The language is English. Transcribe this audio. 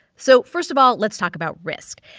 so first of all, let's talk about risk.